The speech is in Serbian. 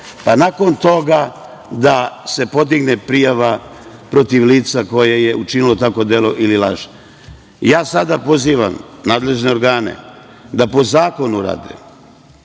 pa nakon toga da se podigne prijava protiv lica koje je učinilo takvo delo ili laž. Pozivam nadležne organe da rade po zakonu i